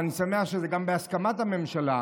ואני שמח שזה גם בהסכמת הממשלה,